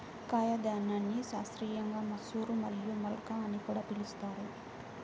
కాయధాన్యాన్ని శాస్త్రీయంగా మసూర్ మరియు మల్కా అని కూడా పిలుస్తారు